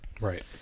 Right